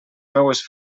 meues